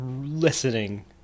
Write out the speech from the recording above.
listening